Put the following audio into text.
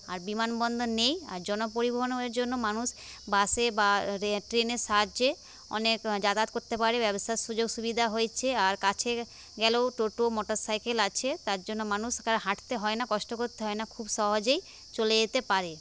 আর বিমানবন্দর নেই আর জনপরিবহনের জন্য মানুষ বাসে বা ট্রেনের সাহায্য়ে অনেক যাতায়াত করতে পারে ব্যবস্থার সুযোগ সুবিধা হয়েছে আর কাছে গেলেও টোটো মোটর সাইকেল আছে তারজন্য মানুষকে হাঁটতে হয় না কষ্ট করতে হয়না খুব সহজেই চলে যেতে পারে